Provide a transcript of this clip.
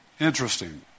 Interesting